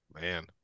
man